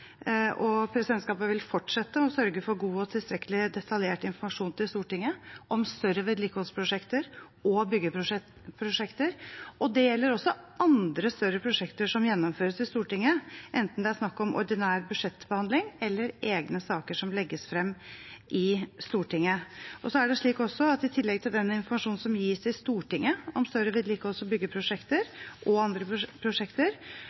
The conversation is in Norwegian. og presidentskapet vil fortsette å sørge for god og tilstrekkelig detaljert informasjon til Stortinget om større vedlikeholdsprosjekter og byggeprosjekter. Det gjelder også andre større prosjekter som gjennomføres i Stortinget, enten det er snakk om ordinær budsjettbehandling eller egne saker som legges frem i Stortinget. I tillegg til den informasjonen som gis i Stortinget om større vedlikeholds- og byggeprosjekter og andre prosjekter,